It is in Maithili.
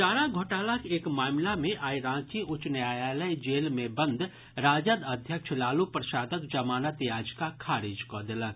चारा घोटालाक एक मामिला मे आइ रांची उच्च न्यायालय जेल मे बंद राजद अध्यक्ष लालू प्रसादक जमानत याचिका खारिज कऽ देलक